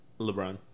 LeBron